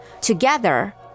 Together